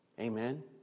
Amen